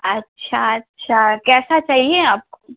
अच्छा अच्छा कैसा चाहिए आपको